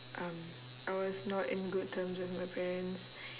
um I was not in good terms with my parents